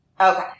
okay